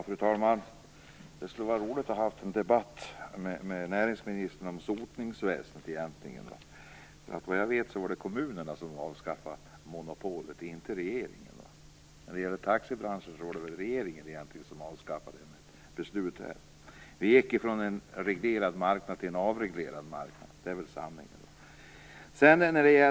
Fru talman! Det skulle ha varit roligt att ha en debatt med näringsministern om sotningsväsendet. Såvitt jag vet var det kommunerna som avskaffade monopolet, inte regeringen. När det gäller taxibranschen var det väl egentligen regeringen som avskaffade monopolet genom ett beslut. Vi gick från en reglerad marknad till en avreglerad marknad. Det är väl sanningen.